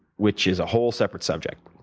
which is a whole, separate subject.